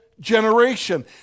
Generation